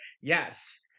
Yes